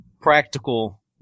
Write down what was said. practical